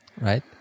Right